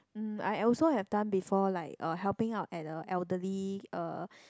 um I also have done before like uh helping out at a elderly uh